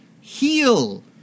heal